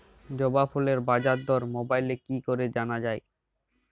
জবা ফুলের বাজার দর মোবাইলে কি করে জানা যায়?